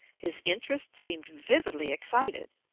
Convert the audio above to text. his interest seemed vividly excited.